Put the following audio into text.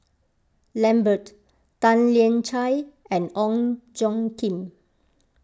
Lambert Tan Lian Chye and Ong Tjoe Kim